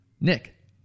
Nick